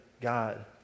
God